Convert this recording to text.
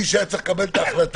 מי שהיה צריך לקבל את ההחלטה,